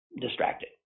distracted